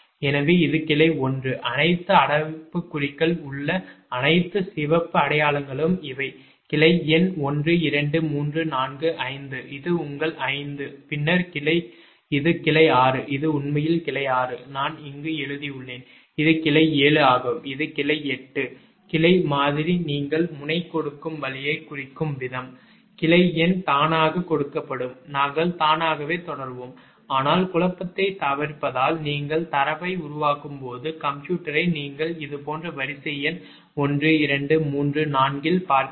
எனவே இது கிளை 1 அனைத்து அடைப்புக்குறிக்குள் உள்ள அனைத்து சிவப்பு அடையாளங்களும் இவை கிளை எண் 12345 இது உங்கள் 5 பின்னர் கிளை இது கிளை 6 இது உண்மையில் கிளை 6 நான் இங்கு எழுதியுள்ளேன் இது கிளை 7 ஆகும் இது கிளை 8 வலது கிளை மாதிரி நீங்கள் முனை கொடுக்கும் வழியைக் குறிக்கும் விதம் கிளை எண் தானாகக் கொடுக்கப்படும் நாங்கள் தானாகவே தொடர்வோம் ஆனால் குழப்பத்தைத் தவிர்ப்பதால் நீங்கள் தரவை உருவாக்கும் போது கம்ப்யூட்டரை நீங்கள் இது போன்ற வரிசை எண் 1234 இல் பார்ப்பீர்கள்